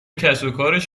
کسوکارش